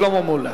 שלמה מולה.